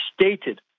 stated